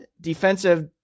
defensive